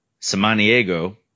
Samaniego